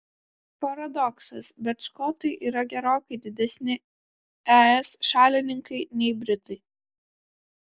paradoksas bet škotai yra gerokai didesni es šalininkai nei britai